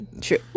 True